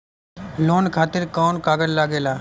Loan खातिर कौन कागज लागेला?